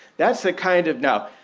that's the kind of now,